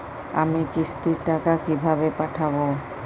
আমি কিস্তির টাকা কিভাবে পাঠাব?